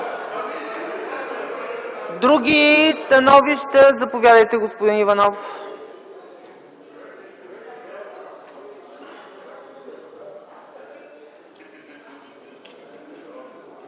други становища? Заповядайте, господин Иванов.